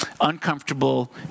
Uncomfortable